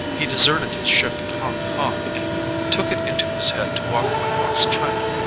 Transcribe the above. he deserted his ship at hong-kong and took it into his head to walk across china.